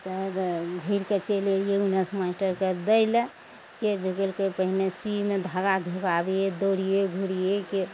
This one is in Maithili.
तऽ घुर के चलि अयलिये उनेसँ मास्टरके दै ले ढुकेलकइ पहिने सूइमे धागा ढुकाबियै दौड़ियै घुरियइके